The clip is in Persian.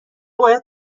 باید